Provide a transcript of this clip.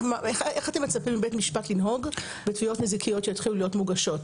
איך אתם מצפים מבית המשפט לנהוג בתביעות נזיקיות שיתחיל להיות מוגשות?